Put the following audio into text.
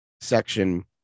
section